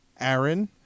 Aaron